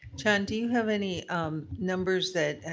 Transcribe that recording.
john, do you have any numbers that,